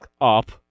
up